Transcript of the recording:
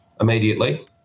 immediately